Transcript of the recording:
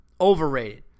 overrated